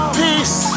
peace